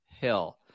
hill